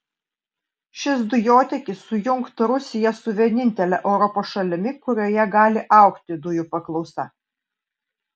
šis dujotiekis sujungtų rusiją su vienintele europos šalimi kurioje gali augti dujų paklausa